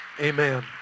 Amen